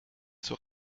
zur